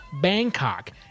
Bangkok